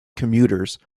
commuters